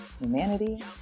humanity